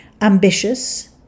Ambitious